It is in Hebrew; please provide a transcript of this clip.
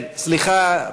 סליחה.